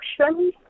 action